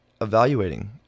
evaluating